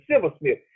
silversmith